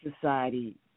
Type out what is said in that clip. society